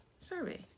Survey